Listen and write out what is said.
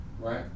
Right